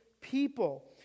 people